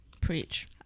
Preach